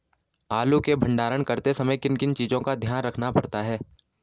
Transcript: आलू के भंडारण करते समय किन किन चीज़ों का ख्याल रखना पड़ता है?